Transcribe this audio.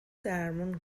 درمون